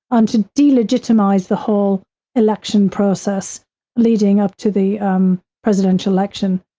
and to delegitimize the whole election process leading up to the um presidential election.